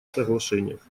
соглашениях